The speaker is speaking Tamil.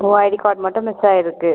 உன் ஐடி கார்டு மட்டும் மிஸ்சாகிருக்கு